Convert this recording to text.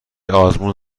آزمون